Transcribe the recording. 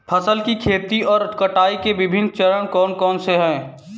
फसल की खेती और कटाई के विभिन्न चरण कौन कौनसे हैं?